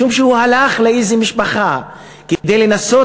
משום שהוא הלך לאיזו משפחה כדי לנסות